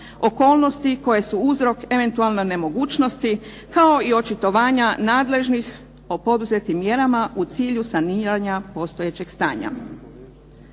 okolnosti koje su uzrok eventualnoj nemogućnosti kao i očitovanja nadležnih o poduzetim mjerama u cilju saniranja postojećeg stanja.